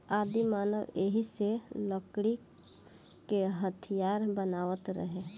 आदिमानव एही से लकड़ी क हथीयार बनावत रहे